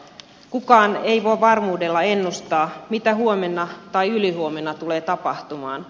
kukaan ei voi varmuudella ennustaa mitä huomenna tai ylihuomenna tulee tapahtumaan